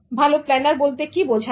ভালো প্লানার বলতে কী বোঝায়